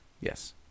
Yes